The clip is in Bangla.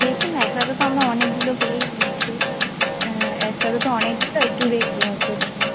দেখুন না একসাথে তো আমরা অনেকগুলো করেই নিচ্ছি হ্যাঁ একসাথে তো অনেকগুলো একটু রেট যদি হয়